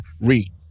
Read